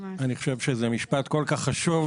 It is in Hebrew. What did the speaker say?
אני חושב שזה משפט כל כך חשוב.